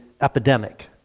epidemic